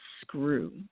screw